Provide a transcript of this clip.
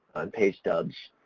on pay stubs.